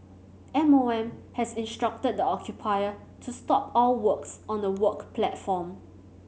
M O M has instructed the occupier to stop all works on the work platform